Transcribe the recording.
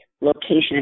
location